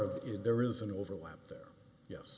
of it there is an overlap there yes